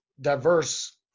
diverse